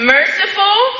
Merciful